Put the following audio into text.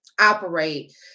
operate